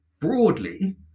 broadly